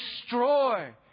destroy